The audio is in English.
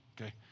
Okay